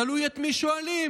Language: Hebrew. תלוי את מי שואלים,